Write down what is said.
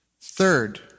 Third